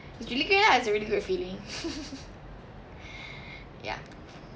you look at it lah it's a really good feeling ya